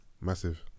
Massive